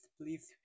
please